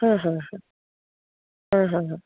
হয় হয় হা হা হা